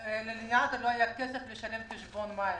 ללניאדו לא היה כסף לשלם חשבון מים,